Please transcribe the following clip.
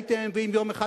ואם יום אחד,